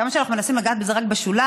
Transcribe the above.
כמה שאנחנו מנסים לגעת בזה רק בשוליים.